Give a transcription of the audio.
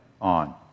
on